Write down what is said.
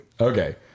Okay